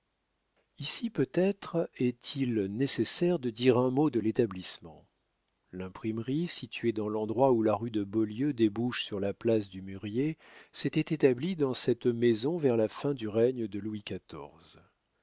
ici peut-être est-il nécessaire de dire un mot de l'établissement l'imprimerie située dans l'endroit où la rue de beaulieu débouche sur la place du mûrier s'était établie dans cette maison vers la fin du règne de louis